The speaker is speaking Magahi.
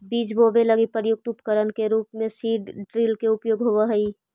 बीज बोवे लगी प्रयुक्त उपकरण के रूप में सीड ड्रिल के उपयोग होवऽ हई